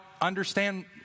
understand